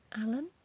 Alan